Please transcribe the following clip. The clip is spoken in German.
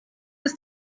ist